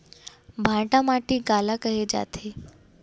भांटा माटी काला कहे जाथे?